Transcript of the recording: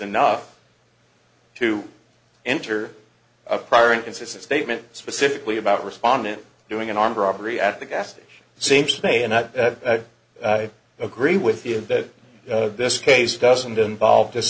enough to enter a prior inconsistent statement specifically about respondent doing an armed robbery at the gas station seems to me and i agree with you that this case doesn't involve just